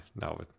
no